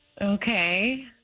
Okay